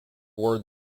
were